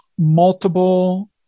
multiple